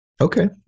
Okay